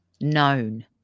known